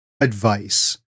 advice